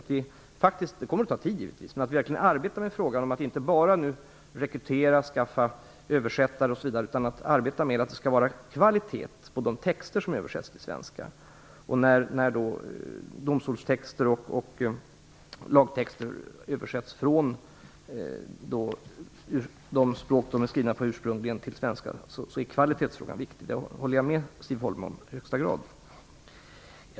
Det kommer givetvis att ta tid, men vi måste verkligen arbeta med den frågan. Vi kan inte bara rekrytera översättare osv., utan vi måste arbeta med att det skall vara kvalitet på de texter som översätts till svenska. När domstolstexter och lagtexter översätts från de språk de ursprungligen är skrivna på till svenska är kvalitetsfrågan viktig. Det håller jag i högsta grad med Siv Holma om.